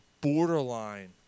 borderline